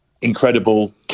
incredible